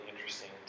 interesting